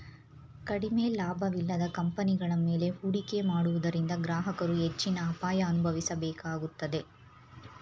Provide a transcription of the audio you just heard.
ಕಡಿಮೆ ಲಾಭವಿಲ್ಲದ ಕಂಪನಿಗಳ ಮೇಲೆ ಹೂಡಿಕೆ ಮಾಡುವುದರಿಂದ ಗ್ರಾಹಕರು ಹೆಚ್ಚಿನ ಅಪಾಯ ಅನುಭವಿಸಬೇಕಾಗುತ್ತದೆ